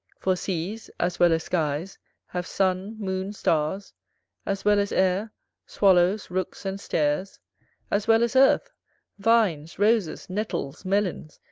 for seas as well as skies have sun, moon, stars as well as air swallows, rooks, and stares as well as earth vines, roses, nettles, melons,